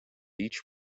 each